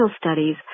studies